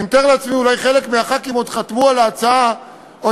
אני מתאר לעצמי שאולי חלק מחברי הכנסת חתמו על ההצעה עוד